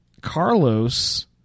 carlos